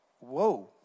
whoa